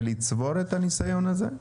ולצבור את הניסיון הזה?